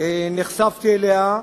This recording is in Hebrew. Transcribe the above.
במשך כ-15 שנה נחשפתי אליה,